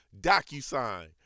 DocuSign